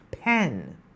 pen